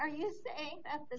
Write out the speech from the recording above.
are you saying that th